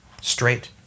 straight